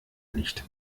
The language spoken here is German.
nicht